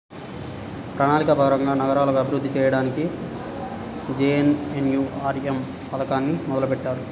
ప్రణాళిక ప్రకారం నగరాలను అభివృద్ధి చెయ్యడానికి జేఎన్ఎన్యూఆర్ఎమ్ పథకాన్ని మొదలుబెట్టారు